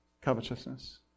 Covetousness